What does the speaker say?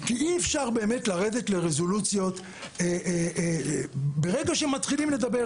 כי אי אפשר באמת לרדת לרזולוציות ברגע שמתחילים לדבר.